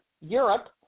Europe